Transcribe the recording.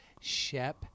Shep